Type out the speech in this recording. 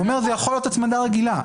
-- הוא אומר שזאת יכולה להיות הצמדה רגילה.